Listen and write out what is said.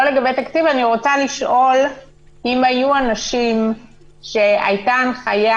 אני רוצה לשאול אם היו אנשים שהייתה הנחיה